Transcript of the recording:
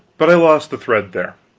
but i lost the thread there,